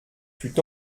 fut